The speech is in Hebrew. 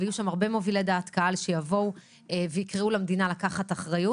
ויהיו שם הרבה מובילי דעת קהל שיבואו ויקראו למדינה לקחת אחריות.